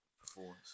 performance